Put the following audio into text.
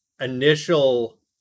initial